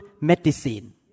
medicine